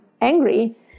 angry